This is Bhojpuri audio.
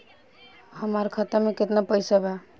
हमार खाता मे केतना पैसा बा?